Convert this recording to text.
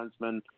defenseman